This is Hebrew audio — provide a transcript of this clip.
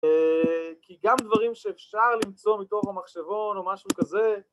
כי גם דברים שאפשר למצוא מתוך המחשבון או משהו כזה